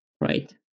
right